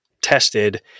tested